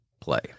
play